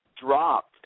dropped